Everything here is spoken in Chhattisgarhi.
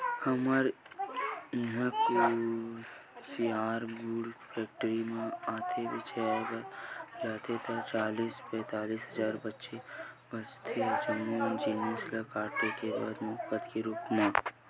हमर इहां कुसियार गुड़ फेक्टरी म जाथे बेंचाय बर जाथे ता चालीस पैतालिस हजार बचथे जम्मो जिनिस ल काटे के बाद मुनाफा के रुप म